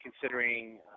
considering